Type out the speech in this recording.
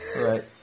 Right